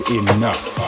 enough